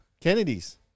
Kennedy's